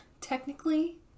technically